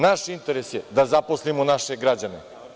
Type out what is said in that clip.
Naš interes je da zaposlimo naše građane.